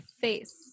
face